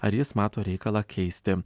ar jis mato reikalą keisti